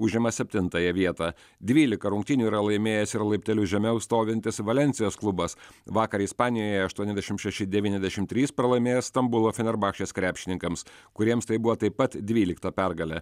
užima septintąją vietą dvylika rungtynių yra laimėjęs ir laipteliu žemiau stovintis valensijos klubas vakar ispanijoje aštuoniasdešim šeši devyniasdešim trys pralaimėjo stambulo fenerbakčės krepšininkams kuriems tai buvo taip pat dvylikta pergalė